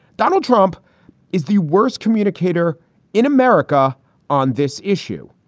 donald trump is the worst communicator in america on this issue.